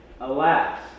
Alas